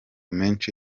menshi